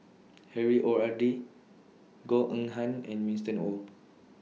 Harry O R D Goh Eng Han and Winston Oh